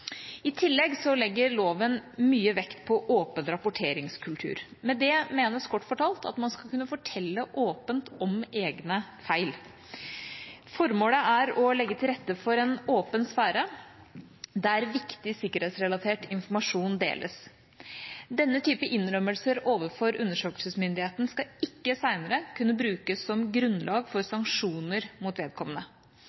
I tillegg legger loven mye vekt på åpen rapporteringskultur. Med det menes, kort fortalt, at man skal kunne fortelle åpent om egne feil. Formålet er å legge til rette for en åpen sfære der viktig sikkerhetsrelatert informasjon deles. Denne type innrømmelser overfor undersøkelsesmyndigheten skal ikke senere kunne brukes som grunnlag for